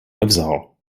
nevzal